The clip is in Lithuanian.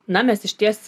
na mes išties